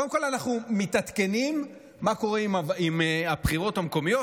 קודם כול אנחנו מתעדכנים מה קורה עם הבחירות המקומיות,